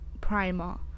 primer